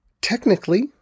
technically